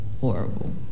horrible